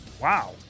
wow